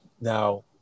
Now